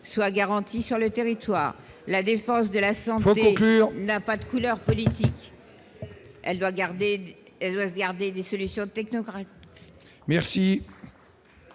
soit garantie sur le territoire, la défense de la Sambre, n'a pas de couleur politique, elle doit garder garder des solutions technocratiques